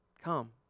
come